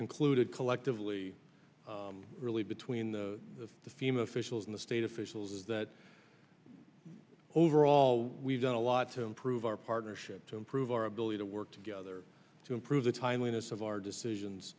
concluded collectively really between the fim officials in the state officials is that overall we've done a lot to improve our partnership to improve our ability to work together to improve the timeliness of our decisions